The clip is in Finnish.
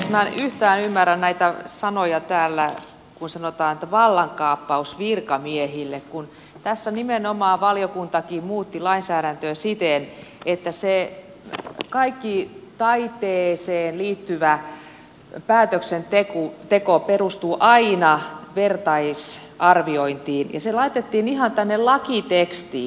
minä en yhtään ymmärrä näitä sanoja täällä kun sanotaan että vallankaappaus virkamiehille kun tässä nimenomaan valiokuntakin muutti lainsäädäntöä siten että kaikki taiteeseen liittyvä päätöksenteko perustuu aina vertaisarviointiin ja se laitettiin ihan tänne lakitekstiin